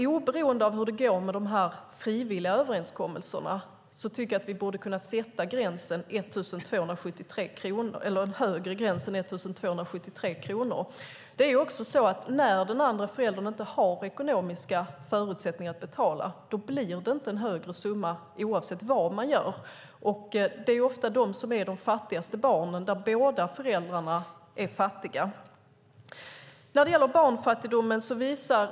Oberoende av hur det går med de frivilliga överenskommelserna tycker jag att vi borde kunna sätta en högre gräns än 1 273 kronor. När den andra föräldern inte har ekonomiska förutsättningar att betala blir det inte en högre summa, oavsett vad man gör. De fattigaste barnen är oftast de som har föräldrar som båda är fattiga.